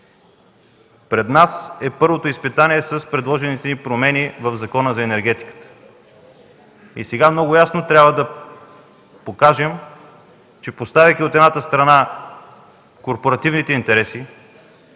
Пред нас е първото изпитание с предложените промени в Закона за енергетиката. Сега много ясно трябва да покажем, че поставяйки от едната страна корпоративните интереси,